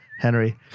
Henry